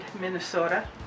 Minnesota